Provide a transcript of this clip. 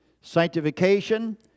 sanctification